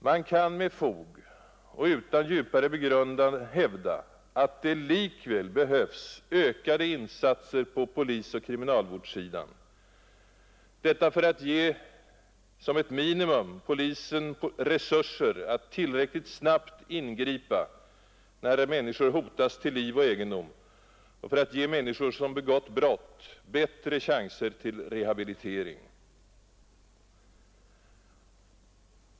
Man kan med fog och utan djupare begrundan hävda att det likväl behövs ökade insatser på polisoch kriminalvårdssidan, detta för att ge — såsom ett minimum — polisen resurser för att snabbt kunna ingripa när människor hotas till liv och egendom och för att ge människor, som begått brott, bättre chanser till rehabilitering.